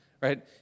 right